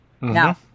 Now